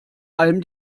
allem